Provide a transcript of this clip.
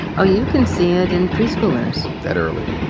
ah you can see it in preschoolers. that early?